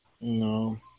No